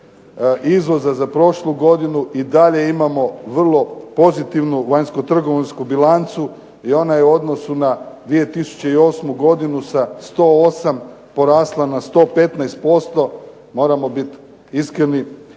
izvoza za prošlu godinu i dalje imamo vrlo pozitivnu vanjsko-trgovinsku bilancu i ona je u odnosu na 2008. godinu sa 108 porasla na 115%. Moramo biti iskreni